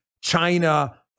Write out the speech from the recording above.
China